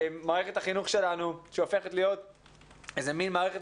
מערכת החינוך שלנו הופכת להיות מן מערכת